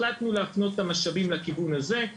החלטנו להפנות את המשאבים לכיוון הזה.